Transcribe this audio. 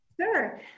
Sure